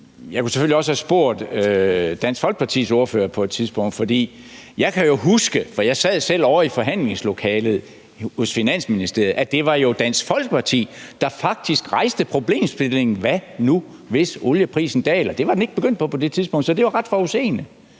Jeg kunne selvfølgelig også have spurgt Dansk Folkepartis ordfører på et tidspunkt. For jeg kan jo huske – for jeg sad selv ovre i forhandlingslokalet i Finansministeriet – at det var Dansk Folkeparti, der faktisk rejste problemstillingen: Hvad nu, hvis olieprisen daler? Det var den ikke begyndt på på det tidspunkt, så det var ret forudseende.